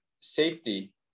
Safety